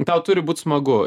tau turi būt smagu